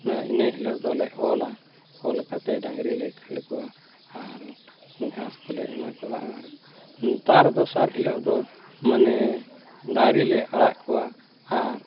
ᱚᱱᱮ ᱤᱱᱟᱹ ᱦᱤᱞᱳᱜ ᱫᱚᱞᱮ ᱚᱞᱟ ᱚᱞ ᱠᱟᱛᱮ ᱰᱟᱝᱨᱤᱞᱮ ᱠᱷᱟᱹᱲ ᱠᱚᱣᱟ ᱟᱨ ᱜᱷᱟᱸᱥ ᱠᱚᱞᱮ ᱮᱢᱟ ᱠᱚᱣᱟ ᱟᱨ ᱛᱟᱨ ᱫᱚᱥᱟᱨ ᱦᱤᱞᱳᱜ ᱫᱚ ᱢᱟᱱᱮ ᱰᱟᱝᱨᱤᱞᱮ ᱟᱲᱟᱜ ᱠᱚᱣᱟ ᱟᱨ